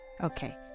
Okay